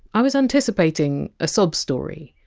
i was anticipating a sob story.